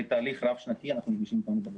תהליך רב- שנתי אנחנו מגישים אותם.